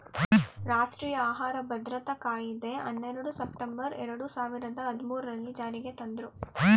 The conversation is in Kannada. ರಾಷ್ಟ್ರೀಯ ಆಹಾರ ಭದ್ರತಾ ಕಾಯಿದೆ ಹನ್ನೆರಡು ಸೆಪ್ಟೆಂಬರ್ ಎರಡು ಸಾವಿರದ ಹದ್ಮೂರಲ್ಲೀ ಜಾರಿಗೆ ತಂದ್ರೂ